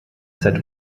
zob